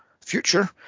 future